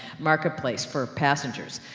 marketplace for passengers.